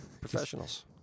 Professionals